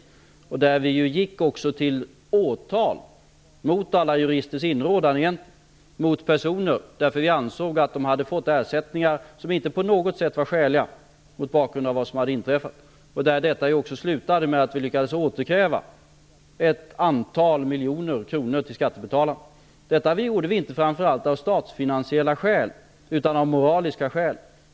Vi drev -- mot juristernas inrådan -- frågan till åtal angående de personer som vi ansåg hade, mot bakgrund av vad som hade inträffat, fått ersättningar som inte på något sätt var skäliga. Det hela slutade med att vi lyckades återkräva ett antal miljoner kronor till skattebetalarna. Detta gjorde vi framför allt inte av statsfinansiella skäl utan av moraliska skäl.